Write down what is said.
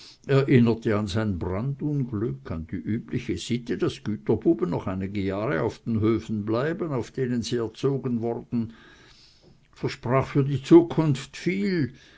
erinnerte an sein brandunglück an die übliche sitte daß güterbuben noch einige jahre auf den höfen blieben auf denen sie erzogen worden versprach für die zukunft viel